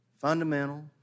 fundamental